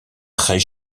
très